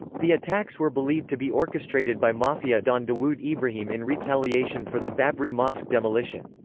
the attacks were believed to be orchestrated by mafia don dawood ibrahim in retaliation for the babri mosque demolition.